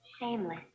Shameless